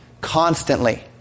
Constantly